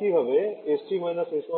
একইভাবে সুতরাং